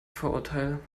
vorurteil